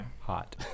Hot